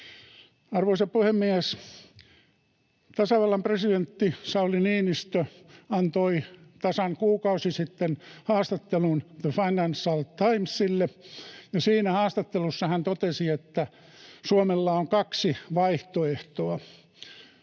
Arvoisa puhemies! Tasavallan presidentti Sauli Niinistö antoi tasan kuukausi sitten haastattelun Financial Timesille, ja siinä haastattelussa hän totesi, että Suomella on kaksi vaihtoehtoa.